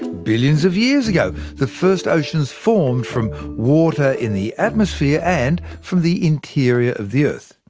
billions of years ago, the first oceans formed from water in the atmosphere, and from the interior of the earth.